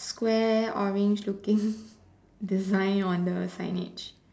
square orange looking design on the signage